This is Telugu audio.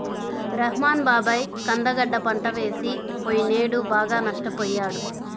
రెహ్మాన్ బాబాయి కంద గడ్డ పంట వేసి పొయ్యినేడు బాగా నష్టపొయ్యాడు